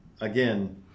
again